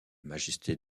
majesté